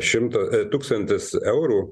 šimto tūkstantis eurų